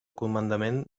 comandament